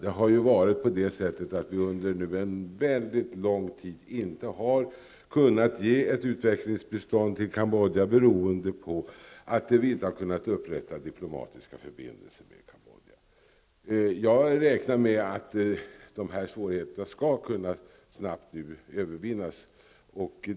Under en mycket lång tid har vi inte kunnat ge Cambodja ett utvecklingsbistånd, beroende på att vi inte har kunnat upprätta diplomatiska förbindelser med Cambodja. Jag räknar med att svårigheterna snabbt skall kunna övervinnas.